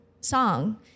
song